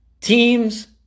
teams